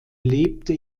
lebte